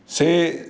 ସେ